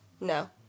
No